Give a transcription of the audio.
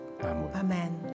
Amen